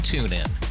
TuneIn